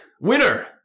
Winner